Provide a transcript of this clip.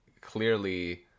clearly